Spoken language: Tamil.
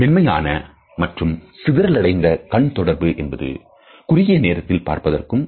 மென்மையான மற்றும் சிதறல் அடைந்த கண் தொடர்பு என்பது குறுகிய நேரம் பார்ப்பதாகும்